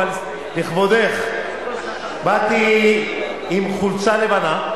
אבל לכבודך באתי בחולצה לבנה.